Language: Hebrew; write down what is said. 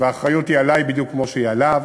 והאחריות היא עלי בדיוק כמו שהיא עליו,